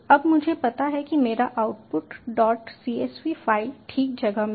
अब मुझे पता है कि मेरा आउटपुट डॉट csv फ़ाइल ठीक जगह में है